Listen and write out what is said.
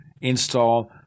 install